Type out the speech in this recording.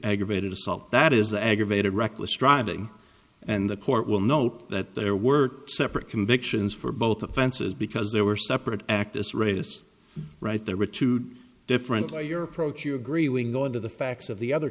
aggravated assault that is the aggravated reckless driving and the court will note that there were separate convictions for both offenses because they were separate actus reus right there were two different or your approach you agree we go into the facts of the other